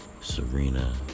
Serena